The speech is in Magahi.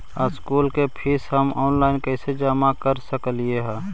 स्कूल के फीस हम ऑनलाइन कैसे जमा कर सक हिय?